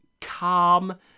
calm